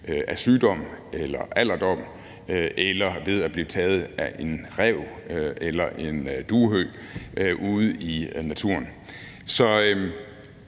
af sygdom eller alderdom eller ved at blive taget af en ræv eller en duehøg ude i naturen.